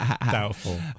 Doubtful